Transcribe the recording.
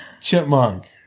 chipmunk